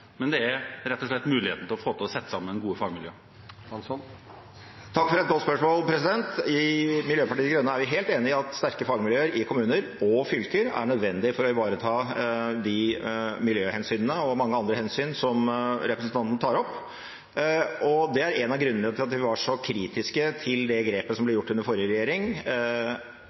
men rett og slett muligheten til å få til og sette sammen gode fagmiljøer? Takk for et godt spørsmål. I Miljøpartiet De Grønne er vi helt enig i at sterke fagmiljøer i kommuner og fylker er nødvendig for å ivareta de miljøhensynene – og mange andre hensyn – som representanten tar opp. Det er en av grunnene til at vi var så kritiske til det grepet som ble gjort under den forrige